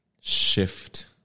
shift